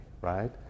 right